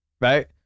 right